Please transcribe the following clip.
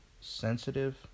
sensitive